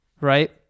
right